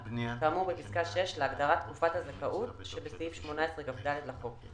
בפסקה (6) להגדרה "תקופת הזכאות" שבסעיף 18כד לחוק".